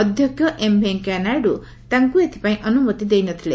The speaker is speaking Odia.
ଅଧ୍ୟକ୍ଷ ଏମ୍ ଭେଙ୍କୟା ନାଇଡୁ ତାଙ୍କୁ ଏଥିପାଇଁ ଅନୁମତି ଦେଇନଥିଲେ